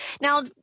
Now